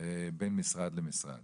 בין משרד למשרד